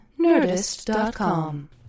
Nerdist.com